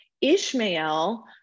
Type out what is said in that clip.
Ishmael